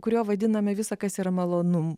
kuriuo vadiname visa kas yra malonu